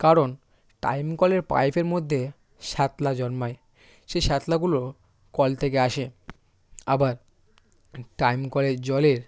কারণ টাইম কলের পাইপের মধ্যে শ্যাতলা জন্মায় সেই শ্যাতলাগুলো কল থেকে আসে আবার টাইম কলের জলের